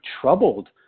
troubled